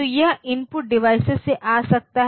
तो यह input device से आ सकता है